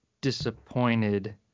disappointed